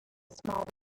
smiled